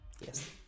Yes